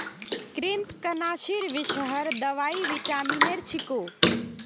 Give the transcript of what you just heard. कृन्तकनाशीर विषहर दवाई विटामिनेर छिको